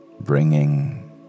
bringing